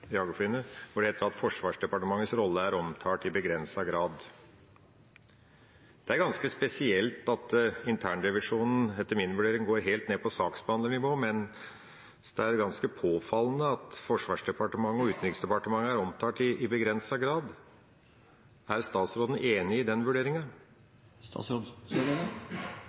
rolle er omtalt i begrenset grad.» Det er ganske spesielt at internrevisjonen etter min vurdering går helt ned på saksbehandlernivå, mens – det er ganske påfallende – Forsvarsdepartementet og Utenriksdepartementet er omtalt i begrenset grad. Er statsråden enig i den